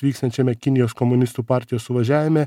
vyksiančiame kinijos komunistų partijos suvažiavime